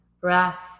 breath